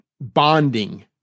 bonding